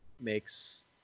makes